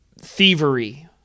thievery